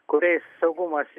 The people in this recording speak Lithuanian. kuriais saugumas